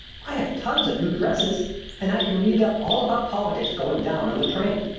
i have tons of new dresses and i can read up all about politics going down on the train.